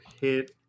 hit